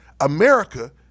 America